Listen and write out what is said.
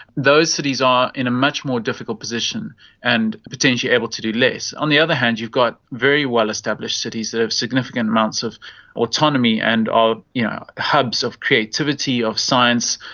those cities are in a much more difficult position and potentially able to do less. on the other hand you've got very well established cities that have significant amounts of autonomy and are yeah hubs of creativity, of science,